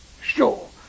sure